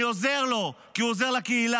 אני עוזר לו כי הוא עוזר לקהילה,